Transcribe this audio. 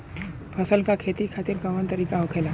फसल का खेती खातिर कवन तरीका होखेला?